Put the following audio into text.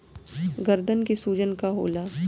गदन के सूजन का होला?